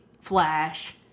Flash